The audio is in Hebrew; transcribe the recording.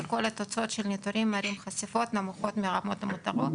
וכל התוצאות של הניטורים מראים חשיפות נמוכות מהרמות המותרות,